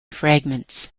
fragments